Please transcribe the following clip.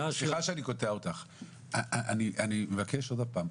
אני מבקש עוד הפעם.